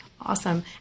Awesome